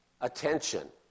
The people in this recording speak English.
attention